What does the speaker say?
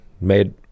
made